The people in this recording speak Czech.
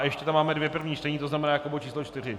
Ještě tam máme dvě první čtení, tzn. jako bod číslo 4.